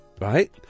right